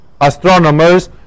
astronomers